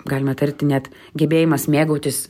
galima tarti net gebėjimas mėgautis